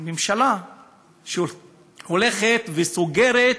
ממשלה שהולכת וסוגרת